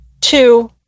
Two